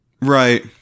right